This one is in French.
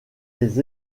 des